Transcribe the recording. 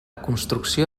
construcció